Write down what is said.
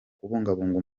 kubungabunga